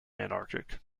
antarctic